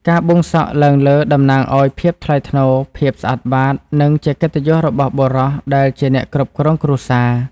ការបួងសក់ឡើងលើតំណាងឲ្យភាពថ្លៃថ្នូរ ភាពស្អាតបាត និងជាកិត្តិយសរបស់បុរសដែលជាអ្នកគ្រប់គ្រងគ្រួសារ។